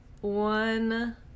one